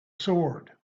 sword